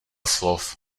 slov